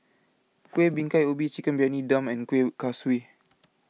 Kueh Bingka Ubi Chicken Briyani Dum and Kueh Kaswi